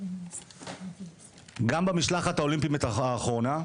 גם במשלחת האולימפית האחרונה,